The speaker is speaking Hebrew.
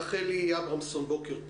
רחלי אברמזון, בוקר טוב.